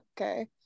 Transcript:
Okay